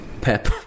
Pep